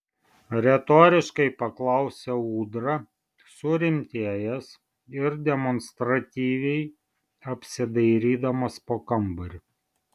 retoriškai paklausė ūdra surimtėjęs ir demonstratyviai apsidairydamas po kambarį